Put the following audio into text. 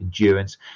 endurance